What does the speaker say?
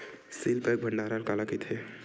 Seal pack भंडारण काला कइथे?